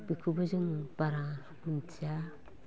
बेखौबो जों बारा मिथिया